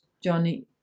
Johnny